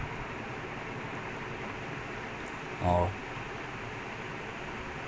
twenty nine நினைக்குறேன்:ninaikkuraen no he's thirty thirty this year